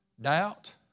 doubt